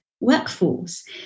workforce